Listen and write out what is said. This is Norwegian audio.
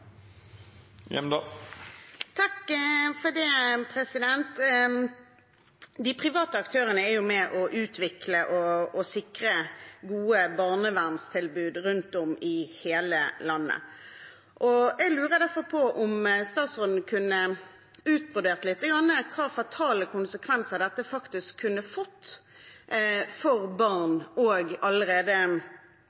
De private aktørene er med på å utvikle og sikre gode barnevernstilbud rundt om i hele landet. Jeg lurer derfor på om statsråden kunne utbrodere lite grann hvilke fatale konsekvenser det kunne fått for barn